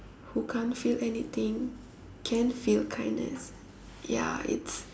who can't feel anything can feel kindness ya it's